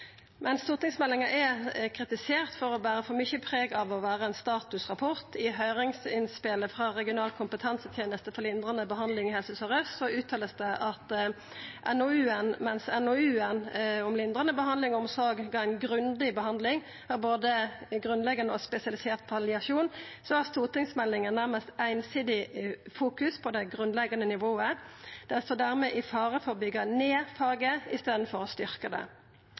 Men stortingsmeldinga er kritisert for å bera for mykje preg av å vera ein statusrapport. I høyringsinnspelet frå Regional kompetanseteneste for lindrande behandling i Helse Sør-Aust vert det uttalt at mens NOU-en om lindrande behandling og omsorg gav ei grundig behandling av både grunnleggjande og spesialisert palliasjon, har stortingsmeldinga nærmast eit einsidig fokus på det grunnleggjande nivået, og at ho dermed står i fare for å byggja ned faget i staden for å styrkja det.